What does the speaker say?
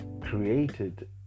created